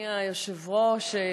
אדוני היושב-ראש,